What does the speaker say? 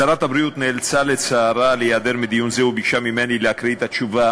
שרת הבריאות נאלצה לצערה להיעדר מדיון זה וביקשה ממני להקריא את התשובה,